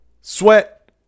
sweat